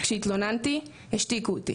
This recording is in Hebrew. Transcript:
כשהתלוננתי השתיקו אותי